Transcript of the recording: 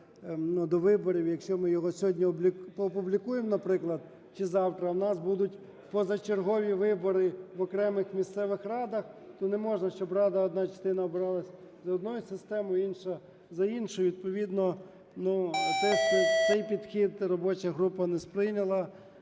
до виборів, якщо ми його сьогодні опублікуємо, наприклад, чи завтра, у нас будуть позачергові вибори в окремих місцевих радах, то не можна, щоб рада одна частина обиралась за одною системою, інша – за іншою. Відповідно, ну, теж цей підхід робоча група не сприйняла